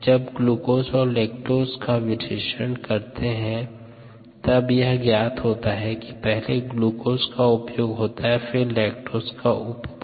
जब ग्लूकोज और लैक्टोज का विश्लेषण करते हैं तब यह ज्ञात होता है कि पहले ग्लूकोज का उपयोग होता है फिर लैक्टोज का उपभोग होता है